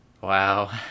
Wow